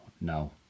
no